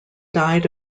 died